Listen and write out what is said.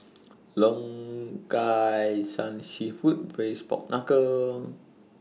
Long Kai San Seafood Braised Pork Knuckle